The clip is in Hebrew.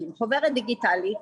דיגיטלית